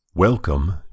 Welcome